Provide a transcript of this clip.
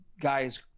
guys